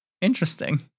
interesting